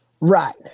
Right